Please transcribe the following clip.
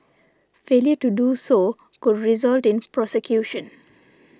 failure to do so could result in prosecution